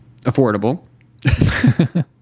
affordable